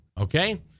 okay